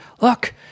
look